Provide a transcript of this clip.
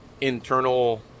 internal –